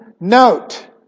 note